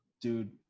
dude